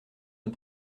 nos